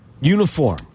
uniform